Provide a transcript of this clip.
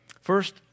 First